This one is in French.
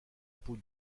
peau